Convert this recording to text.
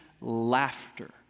laughter